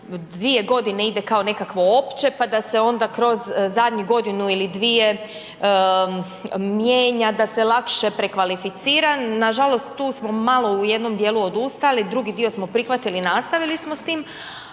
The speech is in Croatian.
dvije godine ide kao nekakvo opće pa da se onda kroz zadnju godinu ili dvije mijenja, da se lakše prekvalificira. Nažalost tu smo malo u jednom dijelu odustali, drugi dio smo prihvatili i nastavili smo s tim,